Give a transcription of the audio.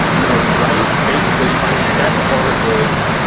i'm gonna write basically my best articles,